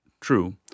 True